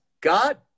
God